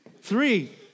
Three